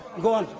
go on.